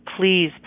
please